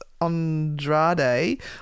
Andrade